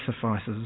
suffices